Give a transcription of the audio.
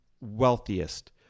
wealthiest